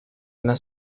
una